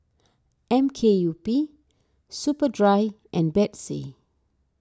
M K U P Superdry and Betsy